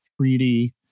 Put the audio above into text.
Treaty